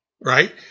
right